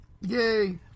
Yay